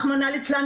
רחמנא ליצלן,